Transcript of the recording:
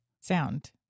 Sound